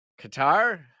Qatar